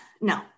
no